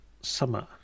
summer